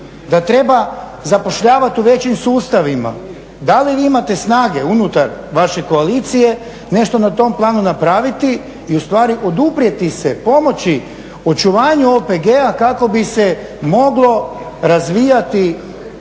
da treba zapošljavati u većim sustavima. Da li vi imate snage unutar vaše koalicije nešto na tom planu napraviti i u stvari oduprijeti se pomoći očuvanju OPG-a kako bi se moglo razvijati